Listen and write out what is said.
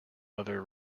other